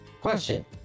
question